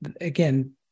again